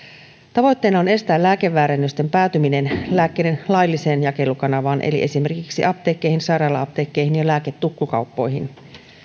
tavoitteena on estää lääkeväärennysten päätyminen lääkkeiden lailliseen jakelukanavaan eli esimerkiksi apteekkeihin sairaala apteekkeihin ja lääketukkukauppoihin